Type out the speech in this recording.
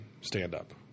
stand-up